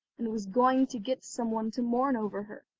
and was going to get some one to mourn over her,